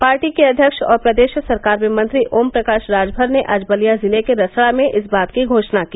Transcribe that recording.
party के अध्यक्ष और प्रदेश सरकार में मंत्री ओम प्रकाश राजभर ने आज बलिया जिले के रसड़ा में इस बात की घोषणा की